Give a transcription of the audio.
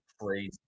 crazy